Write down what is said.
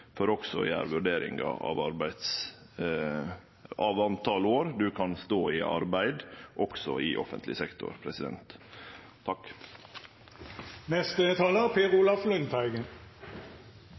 for å gjere vurderingar av kor mange år ein kan stå i arbeid, også i offentleg sektor.